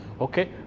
Okay